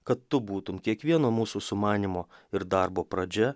kad tu būtum kiekvieno mūsų sumanymo ir darbo pradžia